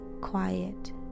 quiet